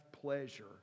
pleasure